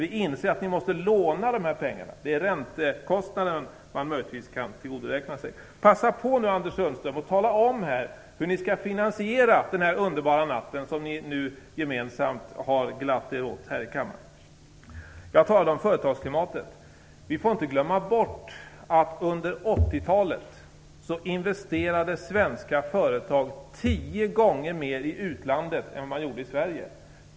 Vi inser att ni måste låna de här pengarna - det är räntekostnaden man möjligtvis kan tillgodoräkna sig. Passa på nu, Anders Sundström, och tala om hur ni skall finansiera den här underbara natten som ni nu gemensamt har glatt er åt här i kammaren! Jag talade tidigare om företagsklimatet. Vi får inte glömma bort att svenska företag under 80-talet investerade tio gånger mer i utlandet än i Sverige.